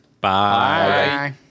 Bye